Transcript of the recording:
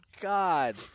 god